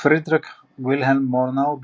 פרידריך וילהלם מורנאו,